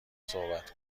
صحبت